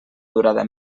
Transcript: durada